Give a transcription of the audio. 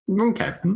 Okay